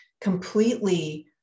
completely